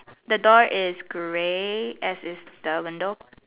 the door is grey as is the window